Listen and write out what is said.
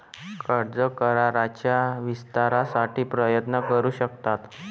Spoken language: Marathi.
कर्ज कराराच्या विस्तारासाठी प्रयत्न करू शकतात